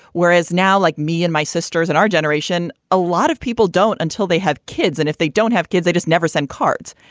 whereas now, like me and my sisters and our generation, a lot of people don't. until they have kids. and if they don't have kids, they just never send cards.